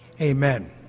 Amen